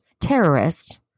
terrorists